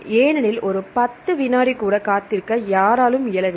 ஏனெனில் ஒரு பத்து வினாடி கூட காத்திருக்க யாராலும் இயலவில்லை